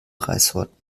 reissorten